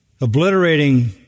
obliterating